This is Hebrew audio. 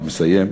אני מסיים.